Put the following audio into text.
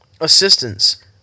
assistance